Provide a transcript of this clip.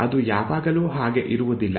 ಅದು ಯಾವಾಗಲೂ ಹಾಗೆ ಇರುವುದಿಲ್ಲ